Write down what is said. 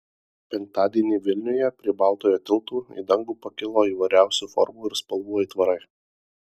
penktadienį vilniuje prie baltojo tilto į dangų pakilo įvairiausių formų ir spalvų aitvarai